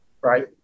right